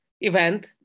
event